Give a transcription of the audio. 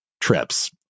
trips